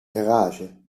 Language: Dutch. garage